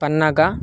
पन्नग